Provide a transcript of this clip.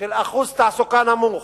של אחוז תעסוקה נמוך,